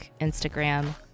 Instagram